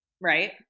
right